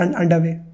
underway